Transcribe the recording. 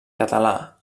català